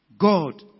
God